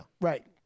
Right